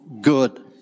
good